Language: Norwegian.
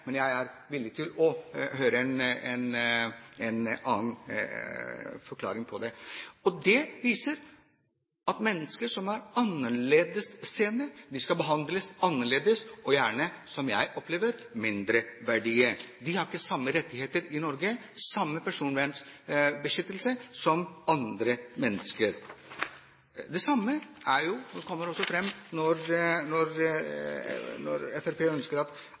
Men jeg er villig til å høre en annen forklaring på det. Det viser at mennesker som er annerledesutseende, skal behandles annerledes og gjerne, som jeg opplever det, er mindreverdige. De har ikke samme rettigheter i Norge, samme personvernbeskyttelse som andre mennesker. Det samme kommer også fram når Fremskrittspartiet ønsker at innvandrere skal registreres, og at også